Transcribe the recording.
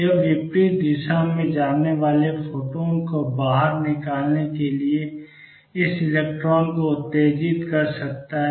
यह विपरीत दिशा में जाने वाले फोटॉन को बाहर निकालने के लिए इस इलेक्ट्रॉन को उत्तेजित कर सकता है